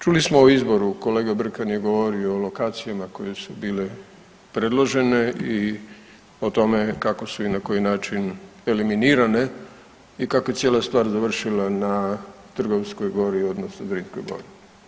Čuli smo o izboru, kolega Brkan je govorio o lokacijama koje su bile predložene i o tome kako su i na koji način eliminirane i kako je cijela stvar završila na Trgovskoj gori odnosno Zrinskoj gori.